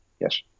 Yes